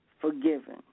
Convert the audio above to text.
forgiven